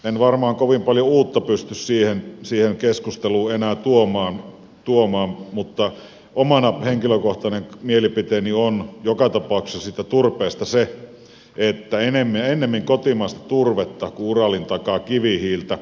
en varmaan kovin paljon uutta pysty siihen keskusteluun enää tuomaan mutta oma henkilökohtainen mielipiteeni siitä turpeesta on joka tapauksessa se että ennemmin kotimaista turvetta kuin uralin takaa kivihiiltä